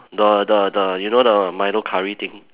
the the the you know the Milo curry thing